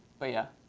but yeah,